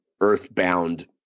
earthbound